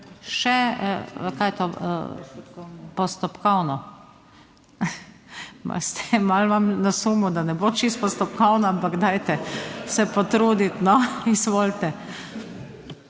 to postopkovno? Malo imam na sumu, da ne bo čisto postopkovno, ampak dajte se potruditi no. Izvolite.